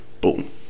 Boom